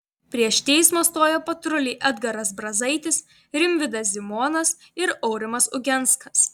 prieš teismą stojo patruliai edgaras brazaitis rimvydas zymonas ir aurimas ugenskas